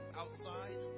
outside